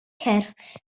cyrff